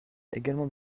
également